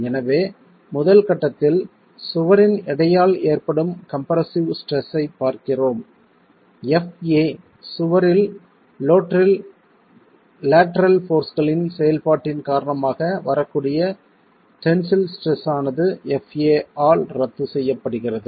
எனவே முதல் கட்டத்தில் சுவரின் எடையால் ஏற்படும் கம்ப்ரெஸ்ஸவ் ஸ்ட்ரெஸ்ஸைப் பார்க்கிறோம் fa சுவரில் லேட்டரல் போர்ஸ்களின் செயல்பாட்டின் காரணமாக வரக்கூடிய டென்சில் ஸ்ட்ரெஸ் ஆனது fa ஆல் ரத்து செய்யப்படுகிறது